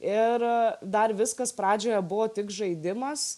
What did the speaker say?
ir dar viskas pradžioje buvo tik žaidimas